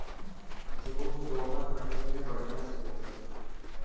jute दोमट मट्टी में बढ़िया से होखेला